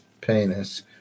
penis